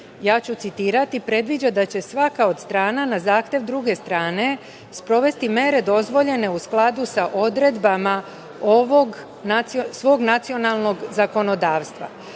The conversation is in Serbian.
3), citiraću – predviđa da će svaka od strana na zahtev druge strane sprovesti mere dozvoljene u skladu sa odredbama svog nacionalnog zakonodavstva,